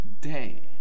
day